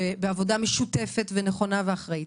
בעבודה משותפת נכונה ואחראית